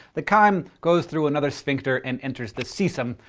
the chyme goes through another sphincter and enters the cecum,